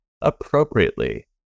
appropriately